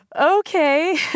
Okay